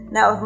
Now